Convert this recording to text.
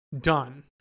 done